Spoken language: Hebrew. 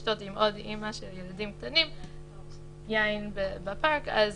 לשתות עם עוד אמא של ילדים קטנים יין בפארק אז